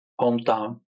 hometown